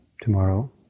tomorrow